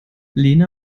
lena